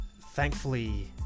thankfully